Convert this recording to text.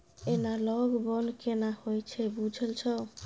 Analogue बन्न केना होए छै बुझल छौ?